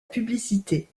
publicité